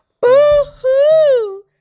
boo-hoo